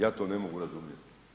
Ja to ne mogu razumjeti.